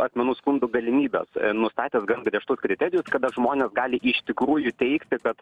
asmenų skundų galimybes nustatęs gan griežtus kriterijus kada žmonės gali iš tikrųjų teigti kad